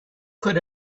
could